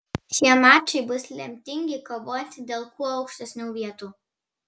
šie mačai bus lemtingi kovojant dėl kuo aukštesnių vietų